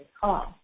call